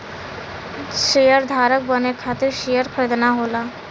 शेयरधारक बने खातिर शेयर खरीदना होला